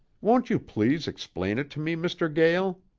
won't you please explain it to me, mr. gael?